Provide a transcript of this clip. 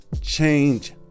change